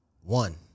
One